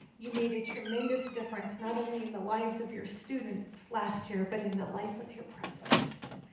you made a tremendous difference, not only in the lives of your students last year, but and in the life of your president.